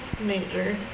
major